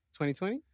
2020